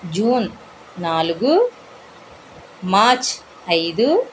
June నాలుగు March ఐదు